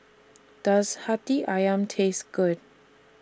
Does Hati Syam Taste Good